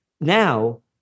now